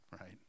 right